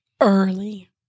early